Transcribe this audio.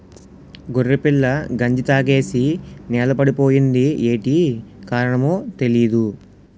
గొర్రెపిల్ల గంజి తాగేసి నేలపడిపోయింది యేటి కారణమో తెలీదు